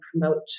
promote